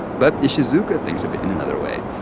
but ishizuka thinks of it in another way.